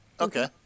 Okay